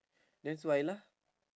that's why lah